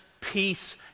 peace